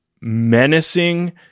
menacing